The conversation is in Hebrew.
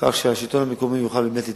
כך שהשלטון המקומי יוכל באמת להתנהל,